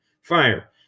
fire